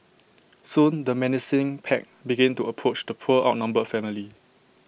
soon the menacing pack began to approach the poor outnumbered family